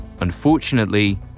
Unfortunately